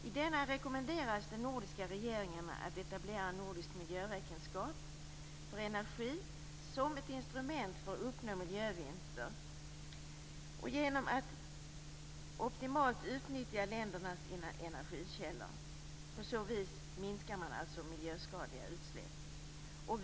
I denna rekommenderas de nordiska regeringarna att etablera en nordisk miljöräkenskap för energi som ett instrument för att uppnå miljövinster och att optimalt utnyttja ländernas energikällor. På så vis minskar man alltså miljöskadliga utsläpp.